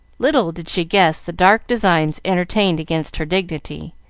little did she guess the dark designs entertained against her dignity,